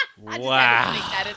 Wow